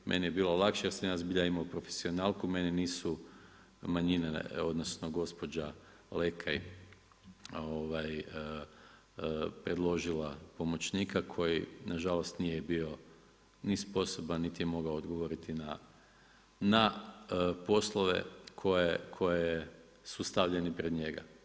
Meni je bilo lakše jer sam ja zbilja imao profesionalku, mene nisu manjine, odnosno, gospođa Lekaj, predložila pomoćnika koji nažalost, nije bio ni sposoban niti je mogao odgovoriti na poslove koje su stavljane pred njega.